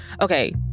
Okay